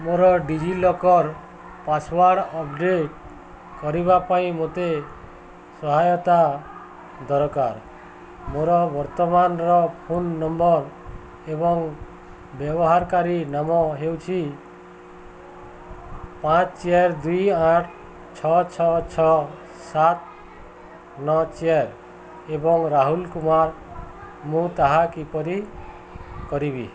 ମୋର DigiLocker password update କରିବା ପାଇଁ ମୋତେ ସହାୟତା ଦରକାର ମୋର ବର୍ତ୍ତମାନର ଫୋନ ନମ୍ବର ଏବଂ ବ୍ୟବହାରକାରୀ ନାମ ହେଉଛି ପାଞ୍ଚ ଚାରି ଦୁଇ ଆଠ ଛଅ ଛଅ ଛଅ ସାତ ନଅ ଚାରି ଏବଂ ରାହୁଲ କୁମାର ମୁଁ ତାହା କିପରି କରିବି